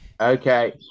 okay